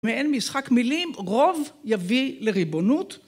מעין משחק מילים רוב יביא לריבונות.